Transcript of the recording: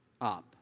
up